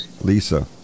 Lisa